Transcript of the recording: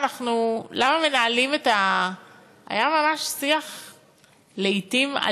היה ממש שיח אלים, לעתים,